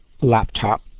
laptop